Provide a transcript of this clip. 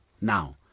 Now